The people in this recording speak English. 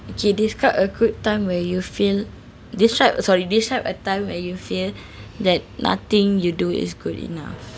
okay describe a good time where you feel describe uh sorry describe a time when you feel that nothing you do is good enough